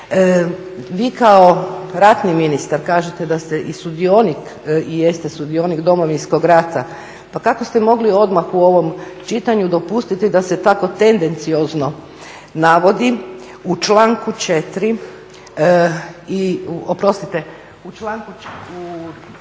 Vi kao ratni ministar kažete da ste i sudionik i jeste sudionik Domovinskog rata. Pa kako ste mogli odmah u ovom čitanju dopustiti da se tako tendenciozno navodi u članku 4. i oprostite u članku 4.